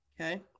Okay